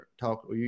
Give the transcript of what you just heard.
talk